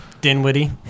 Dinwiddie